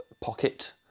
pocket